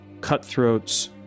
cutthroats